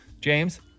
James